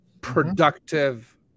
productive